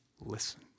listen